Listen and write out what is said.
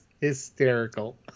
hysterical